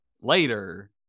later